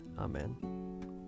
Amen